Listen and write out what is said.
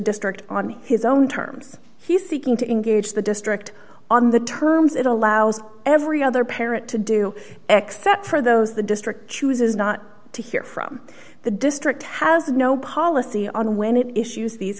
district on his own terms he's seeking to engage the district on the terms it allows every other parent to do except for those the district chooses not to hear from the district has no policy on when it issues these